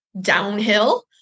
downhill